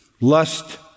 lust